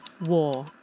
War